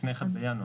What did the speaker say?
לפני 1 בינואר.